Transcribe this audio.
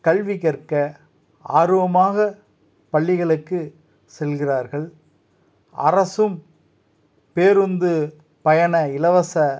கல்வி கற்க ஆர்வமாக பள்ளிகளுக்கு செல்கிறார்கள் அரசும் பேருந்து பயண இலவச